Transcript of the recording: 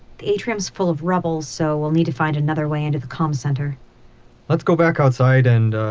the atrium's full of rubble, so we'll need to find another way into the comm. center let's go back outside and, ah,